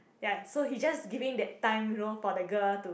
ya so he's just giving that time you know for the girl to